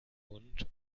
mund